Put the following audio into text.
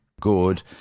good